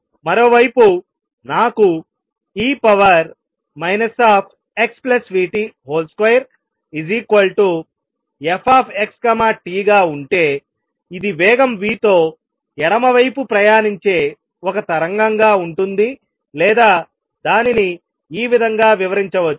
మరోవైపు నాకు e xvt2 f x t గా ఉంటే ఇది వేగం v తో ఎడమ వైపు ప్రయాణించే ఒక తరంగా ఉంటుంది లేదా దానిని ఈ విధంగా వివరించవచ్చు